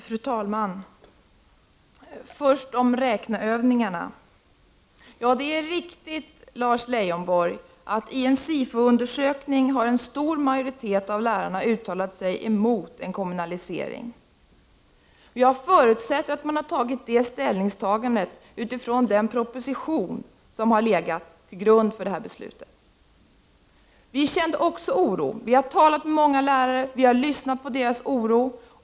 Fru talman! Först om räkneövningarna! Det är riktigt, Lars Leijonborg, att en stor majoritet av lärarna i en SIFO-undersökning har uttalat sig emot en kommunalisering. Jag förutsätter att man gjort det ställningstagandet med anledning av den proposition som legat till grund för det beslut vi i dag skall fatta. Vi i vpk kände också oro. Vi har talat med många lärare och tagit del av deras oro.